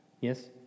Yes